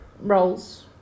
rolls